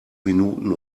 minuten